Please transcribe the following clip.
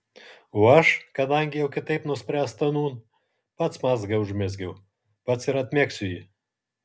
o aš kadangi jau kitaip nuspręsta nūn pats mazgą užmezgiau pats ir atmegsiu jį